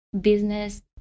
business